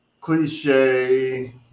cliche